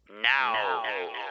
now